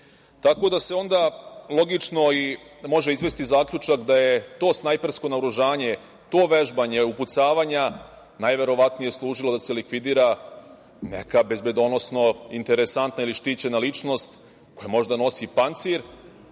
Tako da se onda logično i može izvesti zaključak da je to snajpersko naoružanje, to vežbanje upucavanja, najverovatnije, služilo da se likvidira neka bezbednosno interesantna ili štićena ličnost koja možda nosi pancir,